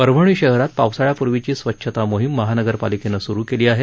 परभणी शहरात पावसाळ्यापूर्वीची स्वच्छता मोहिम महानगरपालिकेनंस्रु केली आहे